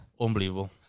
Unbelievable